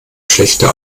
schlechte